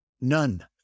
none